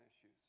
issues